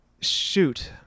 Shoot